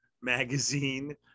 Magazine